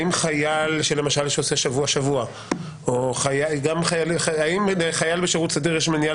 למשל חייל שמשרת שבוע-שבוע או האם לחייל בשירות סדיר יש מניעה